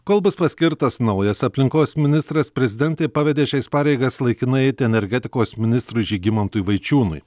kol bus paskirtas naujas aplinkos ministras prezidentė pavedė šias pareigas laikinai eiti energetikos ministrui žygimantui vaičiūnui